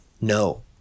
no